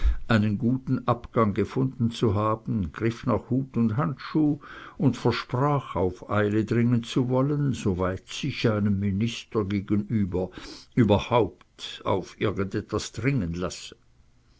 einen guten abgang gefunden zu haben griff nach hut und handschuh und versprach auf eile dringen zu wollen soweit sich einem minister gegenüber überhaupt auf irgend etwas dringen lasse